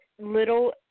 Little